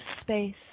space